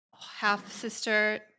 half-sister